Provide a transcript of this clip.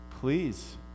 please